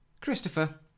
Christopher